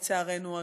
לצערנו,